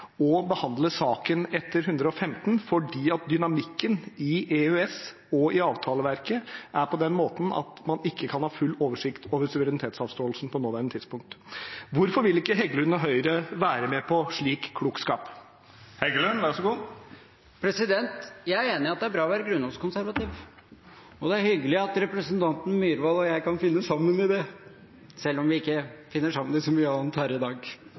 behandle saken etter § 115, fordi dynamikken i EØS og i avtaleverket er på den måten at man ikke kan ha full oversikt over suverenitetsavståelsen på nåværende tidspunkt. Hvorfor vil ikke Heggelund og Høyre være med på slik klokskap? Jeg er enig i at det er bra å være grunnlovskonservativ, og det er hyggelig at representanten Myhrvold og jeg kan finne sammen i det, selv om vi ikke finner sammen i så mye annet her i dag.